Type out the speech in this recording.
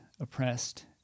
oppressed